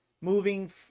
moving